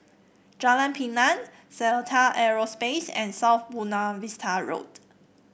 Jalan Pinang Seletar Aerospace and South Buona Vista Road